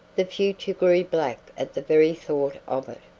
the future grew black at the very thought of it.